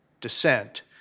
dissent